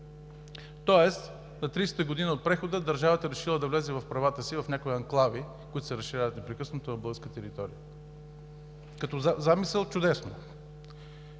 Тоест на 30-ата година от прехода държавата е решила да влезе в правата си в някои анклави, които се разширяват непрекъснато на българска територия. Като замисъл е чудесно.